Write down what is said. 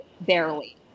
barely